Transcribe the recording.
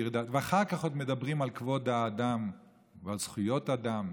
ואחר כך עוד מדברים על כבוד האדם ועל זכויות אדם,